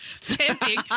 tempting